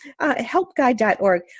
Helpguide.org